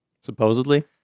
Supposedly